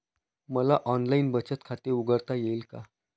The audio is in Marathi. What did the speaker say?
मला ऑनलाइन बचत खाते उघडता येईल का?